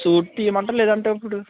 suit తీయమంటారా లేదు అంటే ఇప్పుడు